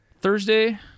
Thursday